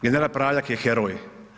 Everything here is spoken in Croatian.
General Praljak je heroj.